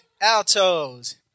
altos